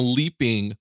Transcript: leaping